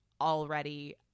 already